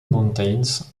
mountains